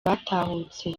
batahutse